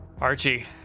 Archie